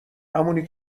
همونی